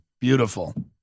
Beautiful